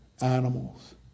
animals